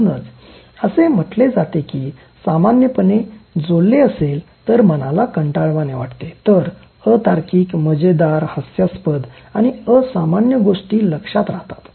म्हणूनच असे म्हटले जाते की सामान्यपणे जोडले असेल तर मनाला कंटाळवाणे वाटते तर अतार्किक मजेदार हास्यास्पद आणि असामान्य गोष्टी लक्षात राहतात